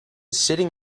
sitting